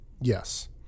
Yes